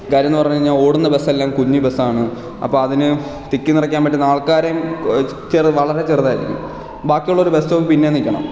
കാര്യമെന്നു പറഞ്ഞുകഴിഞ്ഞാൽ ഓടുന്ന ബസ്സെല്ലാം കുഞ്ഞി ബസ്സാണ് അപ്പോൾ അതിനു തിക്കി നിറക്കാൻ പറ്റുന്ന ആൾക്കാരെയും ചെറു വളരെ ചെറുതായിരിക്കും ബാക്കിയുള്ളവർ ബസ് സ്റ്റോപ്പിൽ പിന്നെയും നിൽക്കണം